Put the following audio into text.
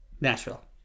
Nashville